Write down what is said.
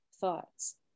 thoughts